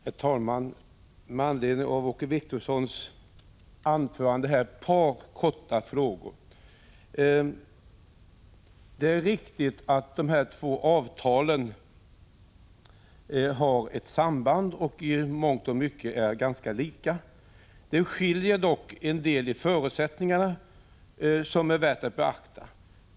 Herr talman! Med anledning av Åke Wictorssons anförande vill jag anföra ett par saker. Det är riktigt att de två avtalen har ett samband och i mångt och mycket är ganska lika. Det skiljer dock en deli förutsättningarna som är värt att beakta.